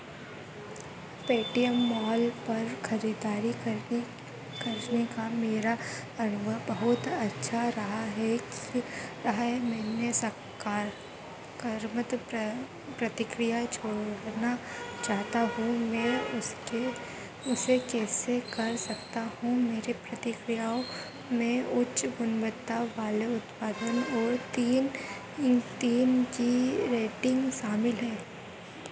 Paytm mall पर खरीदारी करने का मेरा अनुभव बहुत अच्छा रहा है रहा है मैने सकारात्मक प्रतिक्रिया छोड़ना चाहता हूँ मैं उसके उसे कैसे कर सकता हूँ मेरी प्रतिक्रियाओं में उच्च गुणवत्ता वाले उत्पादन और तीन इन तीन की रेटिंग शामिल है